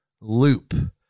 loop